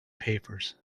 papers